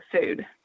food